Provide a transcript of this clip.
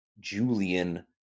Julian